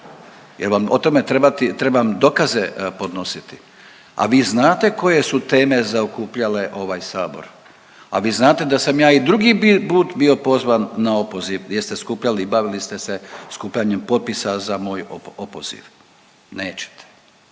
Jel vam o tome trebam dokaze podnositi, a vi znate koje su teme zaokupljale ovaj sabor, a vi znate da sam ja i drugi put bio pozvan na opoziv jer ste skupljali i bavili ste se skupljanjem potpisa za moj opoziv. Nećete,